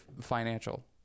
financial